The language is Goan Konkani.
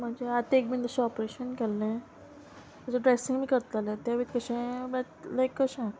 म्हणजे आतेक बीन तशें ऑपरेशन केल्लें तशें ड्रेसींग बी करतालें तें बी कशें लायक अशें